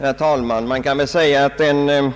Herr talman! Man kan väl säga att den